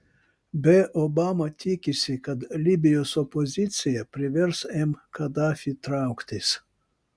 b obama tikisi kad libijos opozicija privers m kadafį trauktis